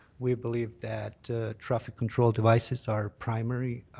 we believe that traffic control devices are primary,